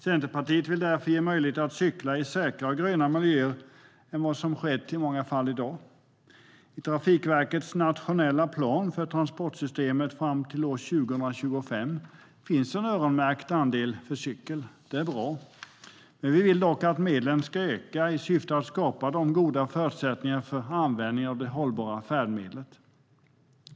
Centerpartiet vill därför ge möjligheter att cykla i säkrare och grönare miljöer än vad som sker i många fall i dag. I Trafikverkets nationella plan för transportsystemet fram till 2025 finns en öronmärkt andel för cykel. Centerpartiet vill dock att medlen ska öka i syfte att skapa goda förutsättningar för användning av detta hållbara färdmedel.